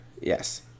Yes